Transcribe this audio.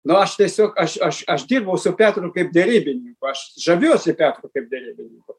nu aš tiesiog aš aš aš dirbau su petru kaip derybininku aš žaviuosi petru kaip derybininku